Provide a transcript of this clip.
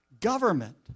Government